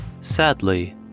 Sadly